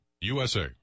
USA